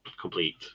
complete